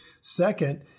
Second